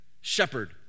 shepherd